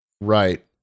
Right